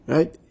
Right